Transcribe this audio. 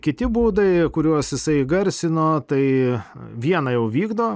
kiti būdai kuriuos jisai įgarsino tai vieną jau vykdo